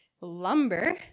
lumber